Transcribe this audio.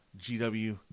GW